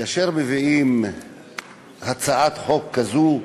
כאשר מביאים הצעת חוק כזו,